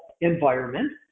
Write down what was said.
environment